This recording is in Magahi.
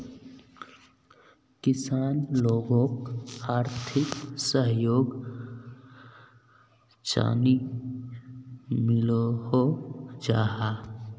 किसान लोगोक आर्थिक सहयोग चाँ नी मिलोहो जाहा?